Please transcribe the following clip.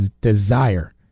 Desire